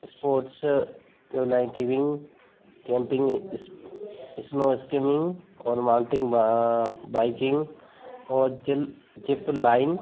sports क्यो लाइटिविंग camping snow skimming और माउंटिंग बाइकिंग और जिल जिप लाइन